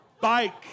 bike